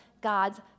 God's